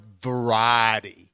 variety